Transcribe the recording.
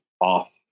off